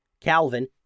Calvin